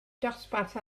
dosbarth